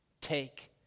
take